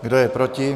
Kdo je proti?